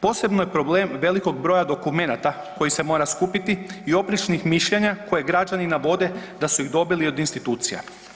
Posebno je problem velikog broja dokumenata koji se mora skupiti i oprečnih mišljenja koje građani navode da su ih dobili od institucija.